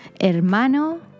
Hermano